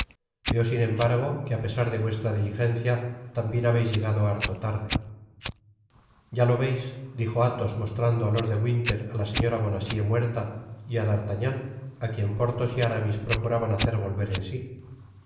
veo sin embargo que á pesar de vuestra diligencia tambien habeis llegado harto tarde ya lo veis dijo athos mostrando á lord de winter á la señora bonacieux muerta y á d artagnan á quien porthos y aramis procuraban hacer volver en sí